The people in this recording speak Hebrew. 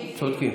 צודקים.